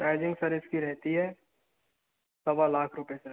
pricing sir इसकी रहती है सवा लाख रुपए सर